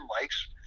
likes